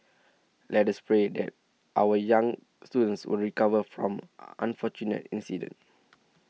let us pray that our young students will recover from unfortunate incident